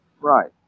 Right